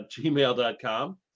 gmail.com